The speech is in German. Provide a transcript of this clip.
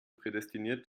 prädestiniert